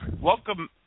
Welcome